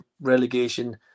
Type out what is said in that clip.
relegation